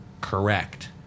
correct